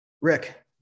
Rick